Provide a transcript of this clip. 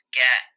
get